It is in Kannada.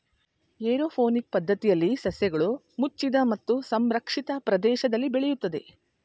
ಏರೋಪೋನಿಕ್ ಪದ್ಧತಿಯಲ್ಲಿ ಸಸ್ಯಗಳು ಮುಚ್ಚಿದ ಮತ್ತು ಸಂರಕ್ಷಿತ ಪ್ರದೇಶದಲ್ಲಿ ಬೆಳೆಯುತ್ತದೆ